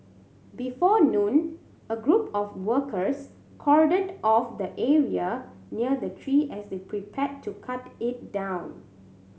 before noon a group of workers cordoned off the area near the tree as they prepared to cut it down